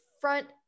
front